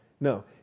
No